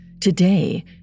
Today